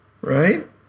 Right